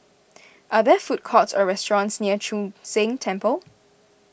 are there food courts or restaurants near Chu Sheng Temple